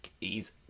ease